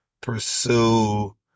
pursue